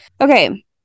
Okay